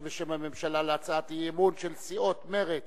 בשם הממשלה על הצעת אי-אמון של סיעות מרצ,